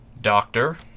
Doctor